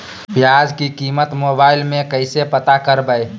प्याज की कीमत मोबाइल में कैसे पता करबै?